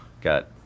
got